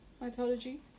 mythology